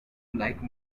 like